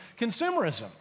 consumerism